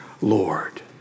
Lord